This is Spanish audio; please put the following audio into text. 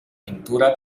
pintura